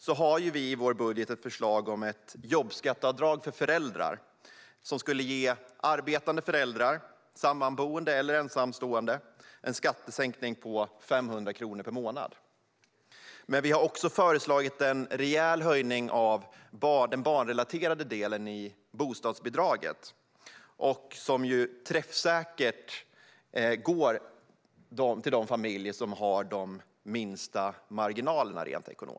Vi har i vår budget ett förslag om ett jobbskatteavdrag för föräldrar som skulle ge alla arbetande föräldrar - sammanboende eller ensamstående - en skattesänkning på 500 kronor per månad. Vi har också föreslagit en rejäl höjning av den barnrelaterade delen i bostadsbidraget. Höjningen gynnar träffsäkert de familjer som har de minsta ekonomiska marginalerna.